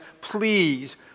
please